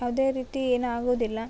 ಯಾವುದೇ ರೀತಿ ಏನು ಆಗೋದಿಲ್ಲ